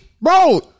Bro